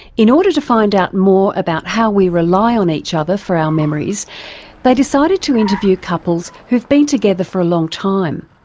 in order to find out more about how we rely on each other for our memories they decided to interview couples who've been together for a long time.